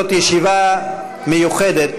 זאת ישיבה מיוחדת,